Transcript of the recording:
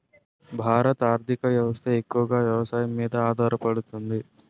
భారత ఆర్థిక వ్యవస్థ ఎక్కువగా వ్యవసాయం మీద ఆధారపడుతుంది